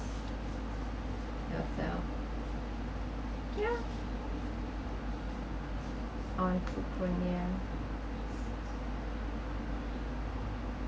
yourself ya onto